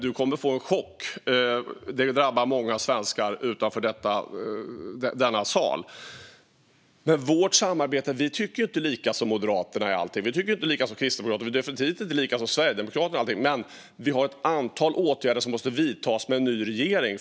Han kommer att få en chock, något som drabbar många svenskar utanför denna sal. Apropå vårt samarbete: Vi tycker inte likadant som Moderaterna eller Kristdemokraterna i allting, och vi tycker definitivt inte likadant som Sverigedemokraterna i allting. Men det finns ett antal åtgärder som behöver vidtas med en ny regering.